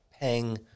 paying